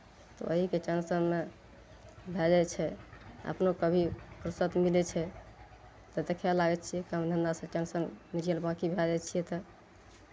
ओहीके टेन्शनमे भए जाइ छै अपनो कभी फुर्सत मिलै छै तऽ देखय लागै छियै काम धन्धासँ टेन्शन निचेन बाँकी भए जाइ छियै तऽ